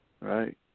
Right